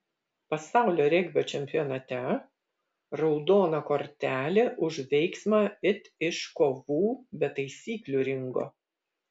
pasaulio regbio čempionate raudona kortelė už veiksmą it iš kovų be taisyklių ringo